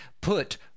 put